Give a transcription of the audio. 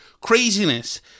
craziness